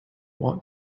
want